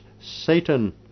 Satan